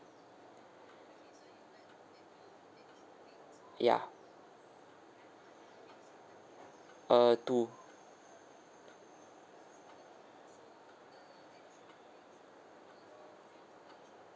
yeah err two